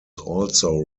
also